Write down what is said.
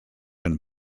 and